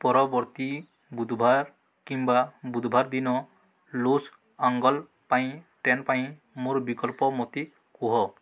ପରବର୍ତ୍ତୀ ବୁଧବାର କିମ୍ବା ବୁଧବାର ଦିନ ଲୋସ୍ ଅଙ୍ଗଲ୍ ପାଇଁ ଟ୍ରେନ୍ ପାଇଁ ମୋର ବିକଳ୍ପ ମୋତେ କୁହ